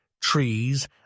trees